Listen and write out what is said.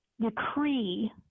decree